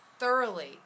thoroughly